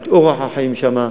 את אורח החיים שם,